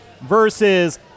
Versus